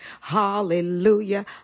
Hallelujah